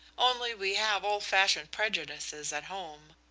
only we have old-fashioned prejudices at home.